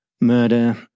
murder